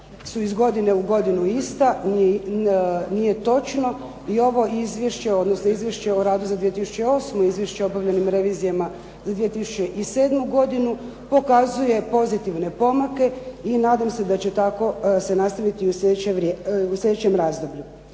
su iz godine u godinu ista. Nije točno. I ovo izvješće odnosno Izvješće o radu za 2008., Izvješće o obavljenim revizijama za 2007. pokazuje pozitivne pomake i nadam se da će tako se nastaviti u slijedećem razdoblju.